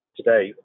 today